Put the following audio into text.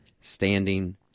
standing